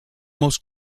most